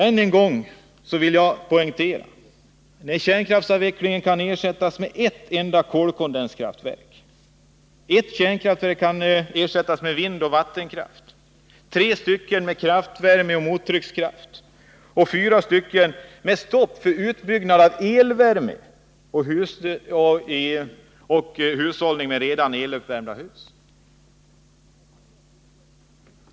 Än en gång vill jag poängtera: Ett kärnkraftverk kan ersättas med ett kolkondenskraftverk, ett kärnkraftverk kan ersättas med vindoch vattenkraft, tre stycken med kraftvärme och mottryckskraft och fyra stycken med stopp för utbyggnad av elvärme och hushållning med el i redan elvärmda hus.